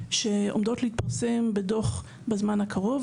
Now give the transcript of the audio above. שעומדות להתפרסם בדו"ח בזמן הקרוב.